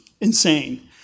insane